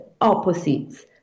opposites